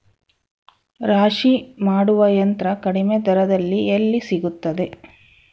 ರಾಶಿ ಮಾಡುವ ಯಂತ್ರ ಕಡಿಮೆ ದರದಲ್ಲಿ ಎಲ್ಲಿ ಸಿಗುತ್ತದೆ?